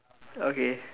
okay